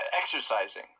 exercising